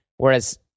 Whereas